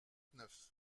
neuf